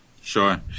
Sure